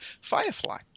Firefly